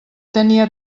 tenia